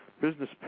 business